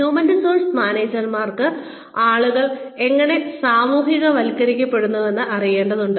human resource മാനേജർമാർക്ക് ആളുകൾ എങ്ങനെ സാമൂഹികവൽക്കരിക്കപ്പെട്ടുവെന്ന് അറിയേണ്ടതുണ്ട്